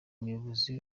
muyobozi